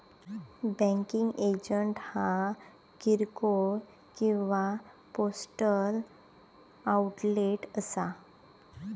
banking agent ह्या किरकोळ किंवा पोस्टल आउटलेट असा